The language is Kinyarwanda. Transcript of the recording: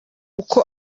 uko